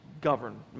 government